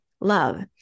love